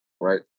right